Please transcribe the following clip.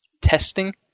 testing